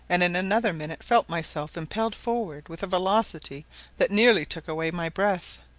and in another minute felt myself impelled forward with a velocity that nearly took away my breath.